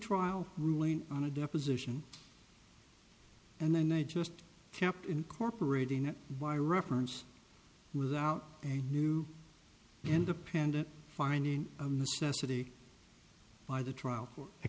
trial ruling on a deposition and then they just kept incorporating it by reference without a new independent finding a necessity by the trial